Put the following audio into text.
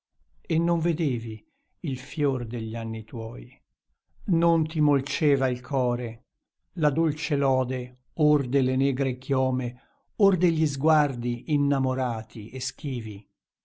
e non vedevi il fior degli anni tuoi non ti molceva il core la dolce lode or delle negre chiome or degli sguardi innamorati e schivi